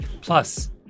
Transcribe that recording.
Plus